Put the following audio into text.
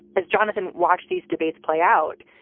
as jonathan watched these debates play out,